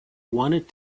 wanted